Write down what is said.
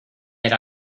era